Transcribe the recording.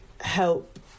help